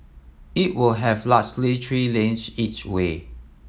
it will have largely three lanes each way